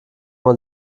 man